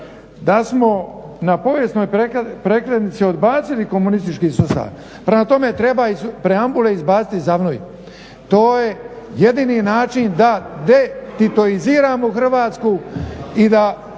da smo na povijesnoj prekretnici odbacili komunistički sustav. Prema tome, treba iz preambule izbaciti ZAVNOJ. To je jedini način da detitoiziramo Hrvatsku i da